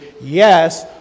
yes